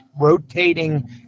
rotating